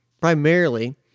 primarily